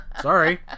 sorry